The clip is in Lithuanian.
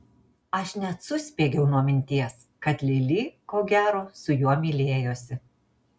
aš net suspiegiau nuo minties kad lili ko gero su juo mylėjosi